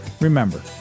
Remember